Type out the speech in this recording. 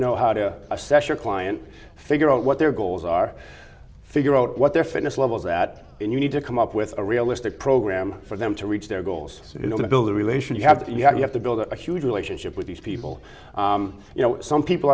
know how to assess your client figure out what their goals are figure out what their fitness levels that you need to come up with a realistic program for them to reach their goals you know build the relation you have to you have you have to build a huge relationship with these people you know some people